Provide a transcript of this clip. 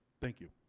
thank you.